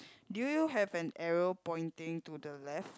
do you have an arrow pointing to the left